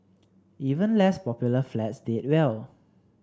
even less popular flats did well